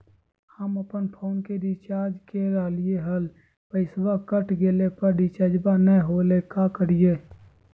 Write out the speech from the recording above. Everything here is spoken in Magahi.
हम अपन फोन के रिचार्ज के रहलिय हल, पैसा कट गेलई, पर रिचार्ज नई होलई, का करियई?